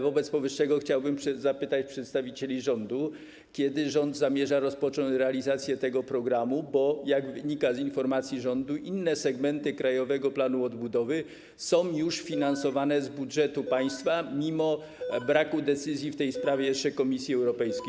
Wobec powyższego chciałbym zapytać przedstawicieli rządu, kiedy rząd zamierza rozpocząć realizację tego programu, bo jak wynika z informacji rządu, inne segmenty Krajowego Planu Odbudowy są już finansowane z budżetu państwa mimo braku jeszcze decyzji w tej sprawie Komisji Europejskiej.